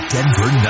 Denver